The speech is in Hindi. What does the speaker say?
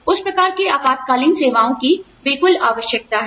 तो उस प्रकार की आपातकालीन सेवाओं की बिल्कुल आवश्यकता है